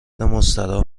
مستراح